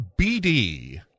BD